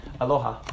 Aloha